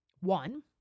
one